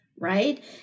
Right